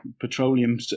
petroleum